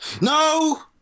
No